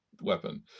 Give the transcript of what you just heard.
weapon